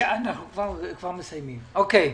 מה לגבי